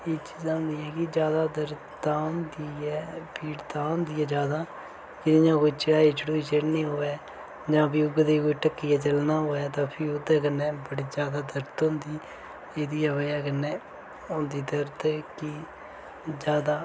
एह् चीजां होंदियां ऐ कि ज्यादा दर्द तां होंदी ऐ पीड़ तां होंदी ऐ ज्यादा कि इयां कोई चढ़ाई चढ़ुई चढ़नी होवे जां फ्ही उयै जी कोई ढक्कियै चलना होवे तां फ्ही ओह्दे कन्नै बड़ी ज्यादा दर्द होंदी एह्दी गै बजह कन्नै होंदी दर्द कि ज्यादा